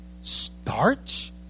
starch